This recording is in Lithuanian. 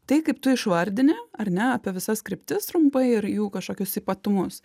tai kaip tu išvardini ar ne apie visas kryptis trumpai ir jų kažkokius ypatumus